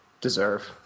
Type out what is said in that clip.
deserve